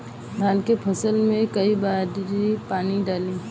धान के फसल मे कई बारी पानी डाली?